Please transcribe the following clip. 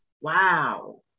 Wow